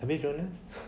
have you joined us